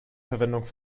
verwendung